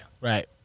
Right